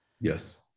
Yes